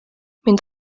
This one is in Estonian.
mind